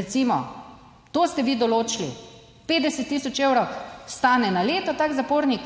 recimo, to ste vi določili. 50 tisoč evrov stane na leto tak zapornik.